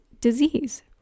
disease